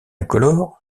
incolore